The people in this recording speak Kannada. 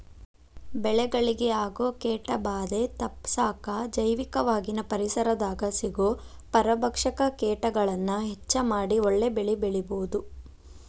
ಬೆಳೆಗಳಿಗೆ ಆಗೋ ಕೇಟಭಾದೆ ತಪ್ಪಸಾಕ ಜೈವಿಕವಾಗಿನ ಪರಿಸರದಾಗ ಸಿಗೋ ಪರಭಕ್ಷಕ ಕೇಟಗಳನ್ನ ಹೆಚ್ಚ ಮಾಡಿ ಒಳ್ಳೆ ಬೆಳೆಬೆಳಿಬೊದು